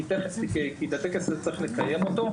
כי היה צריך לקיים את הטקס.